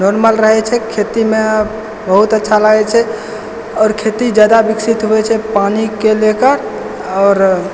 normal रहै छै खेतीमे बहुत अच्छा लागै छै आओर खेती जादा विकसित होइ छै पानिके लेकर आओर